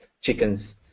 chickens